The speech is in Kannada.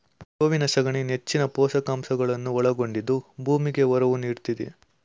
ಗೋವಿನ ಸಗಣಿ ನೆಚ್ಚಿನ ಪೋಷಕಾಂಶಗಳನ್ನು ಒಳಗೊಂಡಿದ್ದು ಭೂಮಿಗೆ ಒರವು ನೀಡ್ತಿದೆ